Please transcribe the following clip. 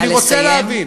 אני רוצה להבין.